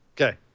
Okay